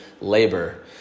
labor